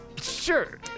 sure